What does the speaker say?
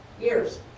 years